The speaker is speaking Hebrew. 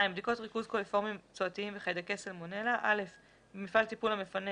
בדיקות ריכוז קוליפורמיים צואתיים וחיידקי סלמונלה - במפעל טיפול המפנה